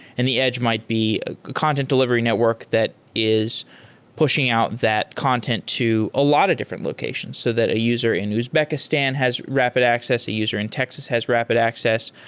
and the edge might be a content delivery network that is pushing out that content to a lot of different locations so that a user in uzbekistan has rapid access, a user in texas has rapid access.